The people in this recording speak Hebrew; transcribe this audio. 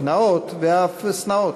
קנאות ואף שנאות: